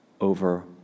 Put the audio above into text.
over